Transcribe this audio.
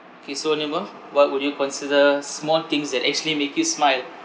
K so nema what would you consider small things that actually make you smile